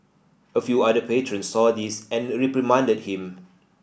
a few other patrons saw this and reprimanded him